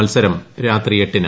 മത്സരം രാത്രി എട്ടിന്